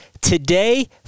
Today